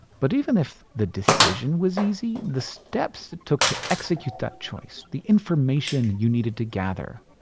but even if the decision was easy, the steps it took to execute that choice, the information you needed to gather,